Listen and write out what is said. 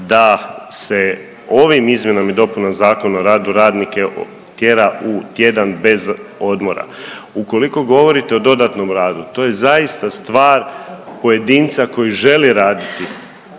da se ovim izmjenama i dopunama ZOR-a tjera u tjedan bez odmora. Ukoliko govorite o dodatnom radu, to je zaista stvar pojedinca koji želi raditi